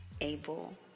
able